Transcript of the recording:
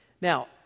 Now